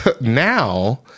Now